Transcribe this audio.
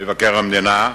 מבקר המדינה,